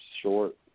short